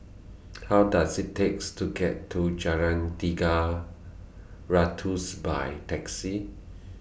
How Does IT takes to get to Jalan Tiga Ratus By Taxi